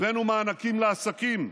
הבאנו מענקים לעסקים,